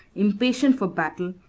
impatient for battle,